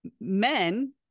men